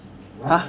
!huh!